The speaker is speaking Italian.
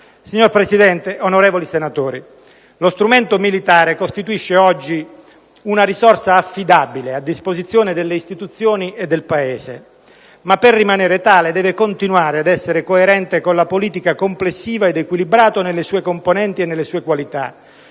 Signor Presidente, onorevoli senatori, lo strumento militare costituisce oggi una risorsa affidabile a disposizione delle istituzioni e del Paese, ma per rimanere tale deve continuare ad essere coerente con la politica complessiva ed equilibrato nelle sue componenti e nelle sue qualità